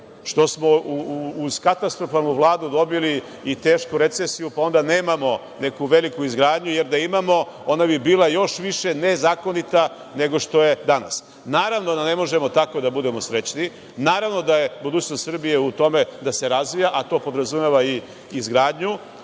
što smo uz katastrofalnu Vladu dobili i tešku recesiju, pa onda nemamo neku veliku izgradnju, jer da imamo, ona bi bila još više nezakonita nego što je danas. Naravno da ne možemo tako da budemo srećni, naravno da je budućnost Srbije u tome da se razvija, a to podrazumeva i izgradnju,